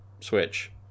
switch